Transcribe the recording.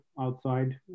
outside